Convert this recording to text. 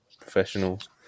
Professionals